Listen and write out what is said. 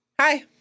hi